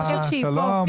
שלום,